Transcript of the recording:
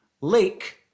Lake